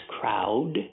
crowd